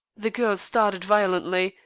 the girl started violently,